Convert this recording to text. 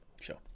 Sure